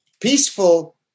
peaceful